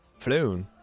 Floon